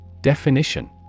Definition